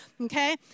okay